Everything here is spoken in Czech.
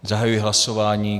Zahajuji hlasování.